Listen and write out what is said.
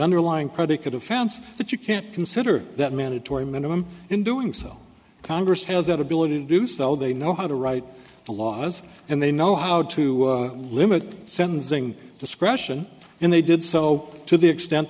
underlying predicate of found that you can't consider that mandatory minimum in doing so congress has that ability to do so they know how to write the laws and they know how to limit sentencing discretion and they did so to the extent